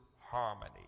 harmony